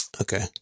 okay